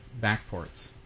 backports